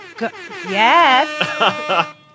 yes